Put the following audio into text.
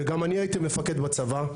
וגם אני הייתי מפקד בצבא,